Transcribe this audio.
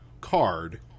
card